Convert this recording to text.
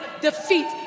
defeat